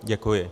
Děkuji.